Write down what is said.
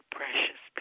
precious